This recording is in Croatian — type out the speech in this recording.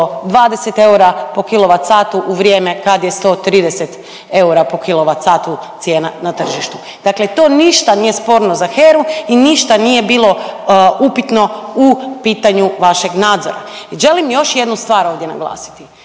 20 eura po kilovat satu u vrijeme kad je 130 eura po kilovat satu cijena na tržištu. Dakle, to ništa nije sporno za HERA-u i ništa nije bilo upitno u pitanju vašeg nadzora. I želim još jednu stvar ovdje naglasiti.